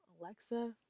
Alexa